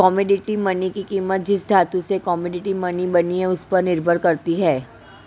commodity money की कीमत जिस धातु से कोमोडिटी मनी बनी है उस पर निर्भर करती है